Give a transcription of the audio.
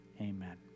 amen